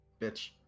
bitch